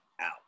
out